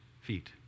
feet